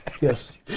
yes